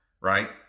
right